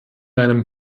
einem